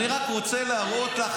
אני רק רוצה להראות לך,